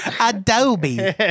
Adobe